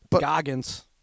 Goggins